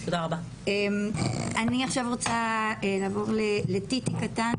אני עכשיו רוצה לעבור לטיטי קטן